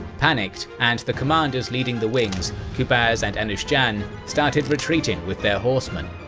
panicked, and the commanders leading the wings qubaz and anushjan started retreating with their horsemen.